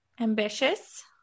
Ambitious